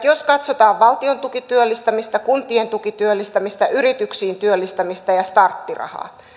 jos katsotaan valtion tukityöllistämistä kuntien tukityöllistämistä yrityksiin työllistämistä ja starttirahaa